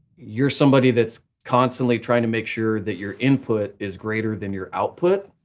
you're somebody that's constantly trying to make sure that your input is greater than your output.